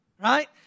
right